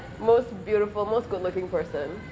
most beautiful most good-looking person